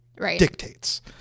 dictates